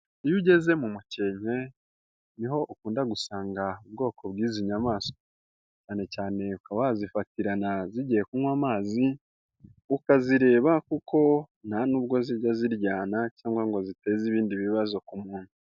Iyo ugeze mu mukenke ni ho ukunda gusanga bwoko bw'izi nyamaswa cyane cyane ukaba wazifatirana zigiye kunywa amazi ukazireba kuko nta nubwo zijya ziryana cyangwa ngo ziteze ibindi bibazo ku muntu.